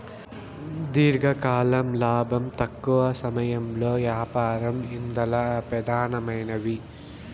దీర్ఘకాలం లాబం, తక్కవ సమయంలో యాపారం ఇందల పెదానమైనవి